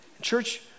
Church